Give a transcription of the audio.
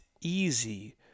easy